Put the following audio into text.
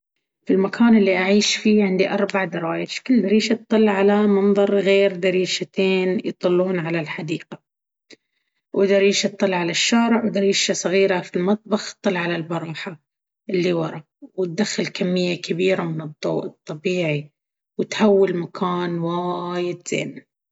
في المكان اللي أعيش فيه، عندي أربع درايش. كل دريشة تطل على منظر غير. دريشتين يطلون على الحديقة، ودريشة تطل على الشارع، ودريشة صغيرة في المطبخ تطل على البراحة اللي وراء وتدخل كمية كبيرة من الضوء الطبيعي، وتهوي المكان وايد زين.